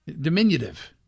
diminutive